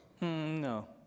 no